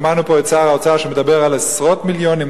שמענו פה את שר האוצר מדבר על עשרות מיליארדים,